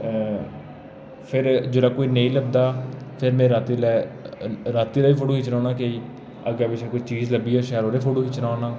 ते फिर जेल्लै कोई नेईं लभदा ते फिर में रातीं लै रातीं दे बी फोटो खिच्चना होन्ना केईं अग्गें पिच्छें कोई चीज लब्भी जा शैल ओह्दे फोटो खिच्चना होन्ना